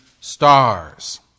stars